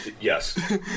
Yes